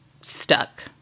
stuck